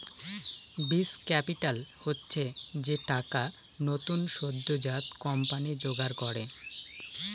বীজ ক্যাপিটাল হচ্ছে যে টাকা নতুন সদ্যোজাত কোম্পানি জোগাড় করে